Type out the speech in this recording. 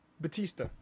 Batista